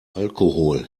alkohol